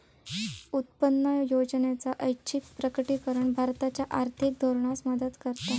उत्पन्न योजनेचा ऐच्छिक प्रकटीकरण भारताच्या आर्थिक धोरणास मदत करता